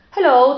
Hello